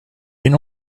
can